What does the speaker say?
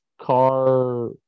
car